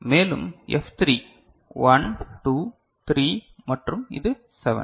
மேலும் F3 1 2 3 மற்றும் இது 7